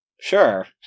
sure